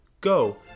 go